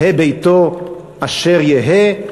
יהא ביתו אשר יהא?